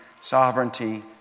sovereignty